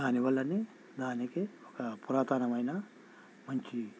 దానివల్లనే దానికి ఒక పురాతనమైన మంచి